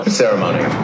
ceremony